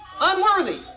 Unworthy